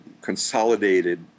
consolidated